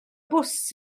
bws